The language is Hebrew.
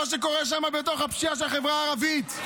במה שקורה שם בפשיעה של החברה הערבית.